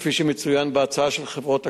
כפי שמצוין בהצעה של חברות הכנסת,